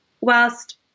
whilst